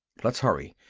let's hurry.